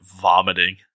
vomiting